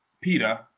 Peter